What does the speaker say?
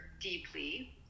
deeply